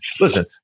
Listen